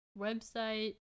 website